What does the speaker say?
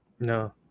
No